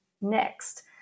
next